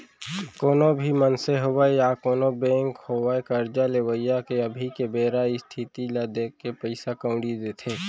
कोनो भी मनसे होवय या कोनों बेंक होवय करजा लेवइया के अभी के बेरा इस्थिति ल देखके पइसा कउड़ी देथे